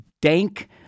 dank